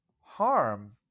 harm